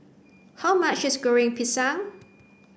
how much is Goreng Pisang